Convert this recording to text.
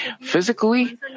Physically